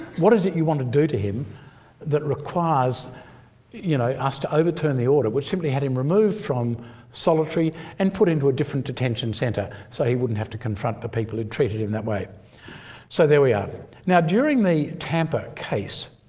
what is it you want to do to him that requires you know overturn the order which simply had him removed from solitary and put into a different detention centre so he wouldn't have to confront the people who treated him that way so there we are now? during the tampa case,